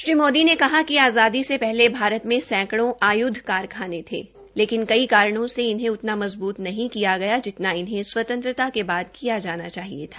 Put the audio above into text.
श्री मोदी ने कहा कि आज़ादी से पहले भारत में सैंकड़ो आयूदध कारखाने थे लेकिन कई कारणों से इन्हें उतना मजबूत नहीं किया गया जिनता उनहें स्वतंत्रता के बाद किया जाना चाहिए था